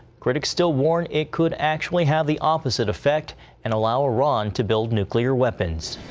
critics still warn it could actually have the opposite affect and allow iran to build nuclear weapons.